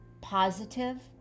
positive